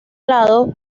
lado